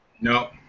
No